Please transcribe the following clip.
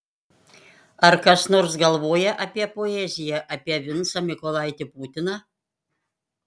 ar kas nors galvoja apie poeziją apie vincą mykolaitį putiną